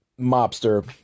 mobster